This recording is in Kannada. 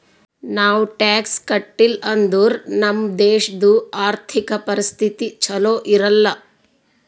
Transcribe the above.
ನಾವ್ ಟ್ಯಾಕ್ಸ್ ಕಟ್ಟಿಲ್ ಅಂದುರ್ ನಮ್ ದೇಶದು ಆರ್ಥಿಕ ಪರಿಸ್ಥಿತಿ ಛಲೋ ಇರಲ್ಲ